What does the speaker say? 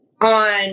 on